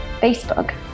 Facebook